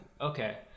okay